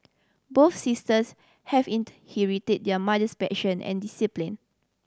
both sisters have inherited their mother's passion and discipline